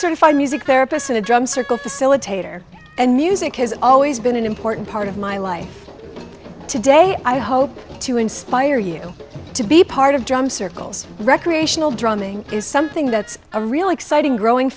certified music therapist and a drum circle facilitator and music has always been an important part of my life today i hope to inspire you to be part of drum circles recreational drumming is something that's a really exciting growing